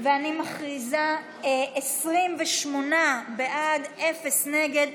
אני מכריזה, 28 בעד, אפס נגד.